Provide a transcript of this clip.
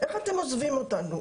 איך אתם עוזבים אותנו?